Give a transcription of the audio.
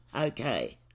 okay